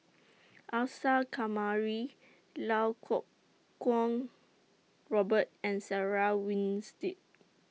Isa Kamari Lau Kuo Kwong Robert and Sarah Winstedt